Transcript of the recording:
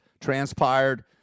transpired